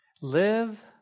Live